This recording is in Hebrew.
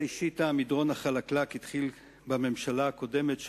ראשית המדרון החלקלק היתה בממשלה הקודמת,